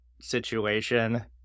situation